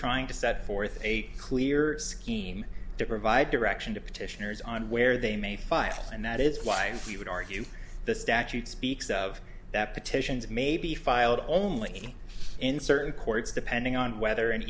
trying to set forth a clear scheme to provide direction to petitioners on where they may file and that is why you would argue the statute speaks of that petitions may be filed only in certain courts depending on whether